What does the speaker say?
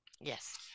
Yes